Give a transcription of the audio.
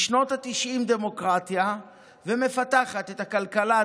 משנות התשעים היא דמוקרטיה ומפתחת את הכלכלה,